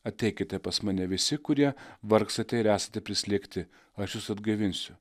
ateikite pas mane visi kurie vargstate ir esate prislėgti aš jus atgaivinsiu